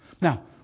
Now